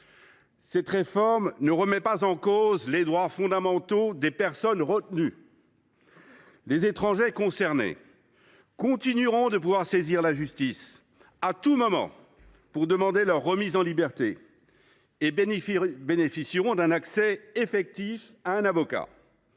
Cette réforme ne remet pas en cause les droits fondamentaux des personnes retenues. Les étrangers concernés continueront de pouvoir saisir la justice à tout moment pour demander leur remise en liberté et ils bénéficieront d’un accès effectif à un avocat.